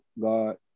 God